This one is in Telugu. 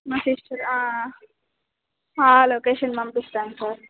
మా సిస్టర్ లొకేషన్ పంపిస్తాను సార్